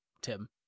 Tim